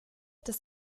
des